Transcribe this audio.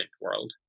world